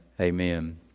Amen